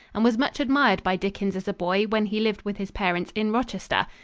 and was much admired by dickens as a boy when he lived with his parents in rochester.